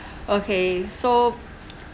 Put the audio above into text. okay so